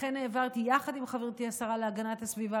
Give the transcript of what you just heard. לכן העברתי יחד עם חברתי השרה להגנת הסביבה